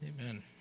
Amen